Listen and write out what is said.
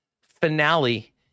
finale